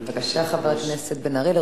חבר הכנסת בן-ארי, בבקשה.